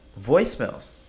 voicemails